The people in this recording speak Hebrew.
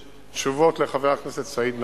תשובות לחבר הכנסת סעיד נפאע: